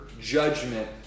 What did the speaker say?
judgment